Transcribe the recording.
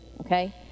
okay